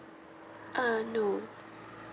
uh no